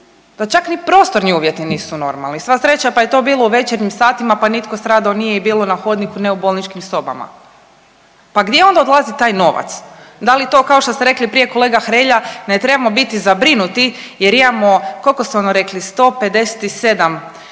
da čak ni prostorni uvjeti nisu normalni. Sva sreća pa je to bilo u večernjim satima, pa nitko stradao nije i bilo na hodniku, a ne u bolničkim sobama. Pa gdje onda odlazi taj novac? Da li to kao što ste rekli kolega Hrelja ne trebamo biti zabrinuti jer imamo, koliko ste ono rekli 157 rezervi,